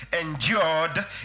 endured